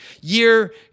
year